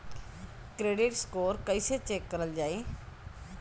Credit score कइसे check करल जायी?